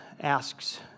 asks